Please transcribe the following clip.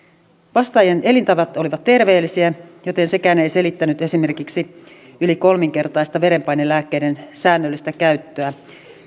vastaajien elintavat olivat terveellisiä joten sekään ei selittänyt esimerkiksi yli kolminkertaista verenpainelääkkeiden säännöllistä käyttöä